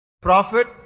Prophet